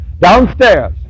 downstairs